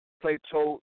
Plato